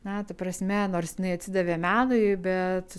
na ta prasme nors jinai atsidavė menui bet